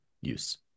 use